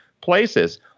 places